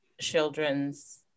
children's